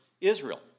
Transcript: Israel